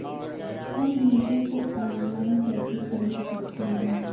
हम बीजों को ऑनलाइन कैसे खरीद सकते हैं?